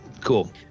Cool